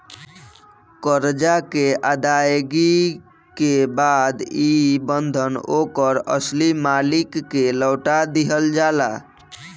करजा के अदायगी के बाद ई बंधन ओकर असली मालिक के लौटा दिहल जाला